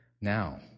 Now